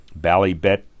Ballybet